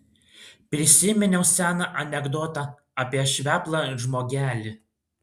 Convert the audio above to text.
prisiminiau seną anekdotą apie šveplą žmogelį